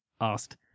asked